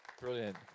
Brilliant